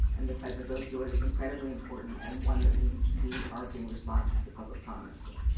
and the type of opioid, is incredibly important and one that we we are being responsive to public comments with.